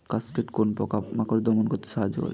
Cascade কোন পোকা মাকড় দমন করতে সাহায্য করে?